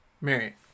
Mary